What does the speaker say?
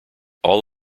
all